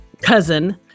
cousin